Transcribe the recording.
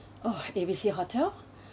oh A B C hotel